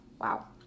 Wow